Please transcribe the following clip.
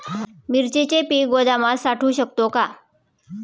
मिरचीचे पीक गोदामात साठवू शकतो का?